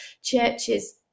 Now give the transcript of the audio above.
churches